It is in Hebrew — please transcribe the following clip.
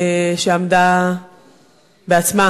שעמדה בעצמה